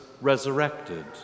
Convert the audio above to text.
resurrected